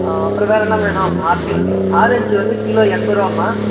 ஆ அப்புறம் வேற என்னம்மா வேணும் ஆப்பிள் ஆரஞ்சு வந்து கிலோ எண்பது ருபாம்மா